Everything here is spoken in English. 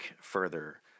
further